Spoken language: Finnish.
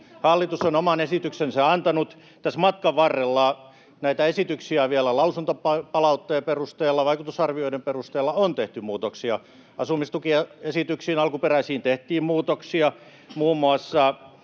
Hallitus on oman esityksensä antanut. Tässä matkan varrella näihin esityksiin on vielä lausuntopalautteen perusteella, vaikutusarvioiden perusteella tehty muutoksia — muun muassa alkuperäisiin asumistukiesityksiin